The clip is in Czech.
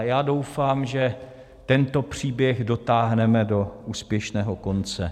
Já doufám, že tento příběh dotáhneme do úspěšného konce.